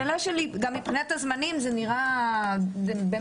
גם מבחינת הזמנים זה נראה שאפתני,